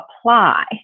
apply